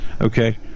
okay